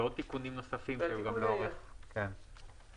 ועוד תיקונים נוספים שהיו לאורך ההקראה.